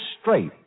straight